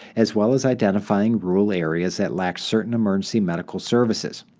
as well as identifying rural areas that lacked certain emergency medical services.